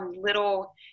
little